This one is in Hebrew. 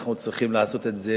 אנחנו צריכים לעשות את זה